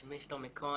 שמי שלומי כהן,